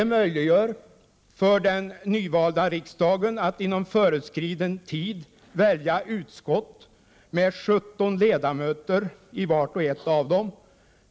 Det möjliggör för den nyvalda riksdagen att inom föreskriven tid välja utskott med 17 ledamöter i vart och ett av dem.